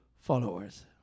followers